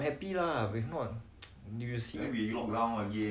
I think everybody want to do their part lah is a community